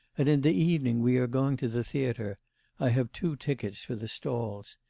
and in the evening we are going to the theatre i have two tickets for the stalls.